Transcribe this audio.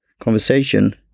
conversation